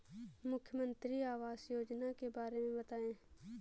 मुख्यमंत्री आवास योजना के बारे में बताए?